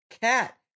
Cat